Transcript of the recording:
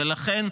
ולכן,